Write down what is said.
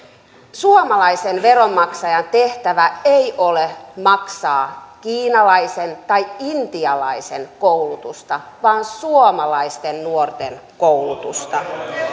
suomalaisen veronmaksajan tehtävä ei ole maksaa kiinalaisen tai intialaisen koulutusta vaan suomalaisten nuorten koulutusta